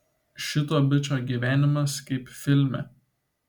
šito bičo gyvenimas kaip filme